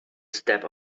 step